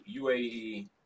UAE